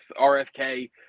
rfk